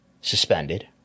suspended